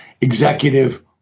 executive